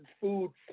food